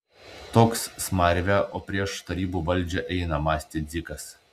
toks smarvė o prieš tarybų valdžią eina mąstė dzikas